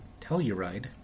Telluride